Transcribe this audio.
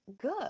good